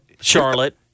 Charlotte